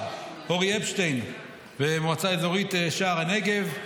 אורי אפשטיין במועצה האזורית שער הנגב,